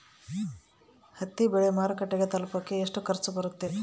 ಹತ್ತಿ ಬೆಳೆ ಮಾರುಕಟ್ಟೆಗೆ ತಲುಪಕೆ ಎಷ್ಟು ಖರ್ಚು ಬರುತ್ತೆ?